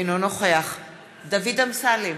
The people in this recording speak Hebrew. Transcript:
אינו נוכח דוד אמסלם,